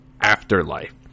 Afterlife